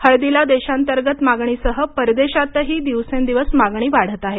हळदीला देशांतर्गत मागणीसह परदेशातही दिवसेंदिवस मागणी वाढत आहे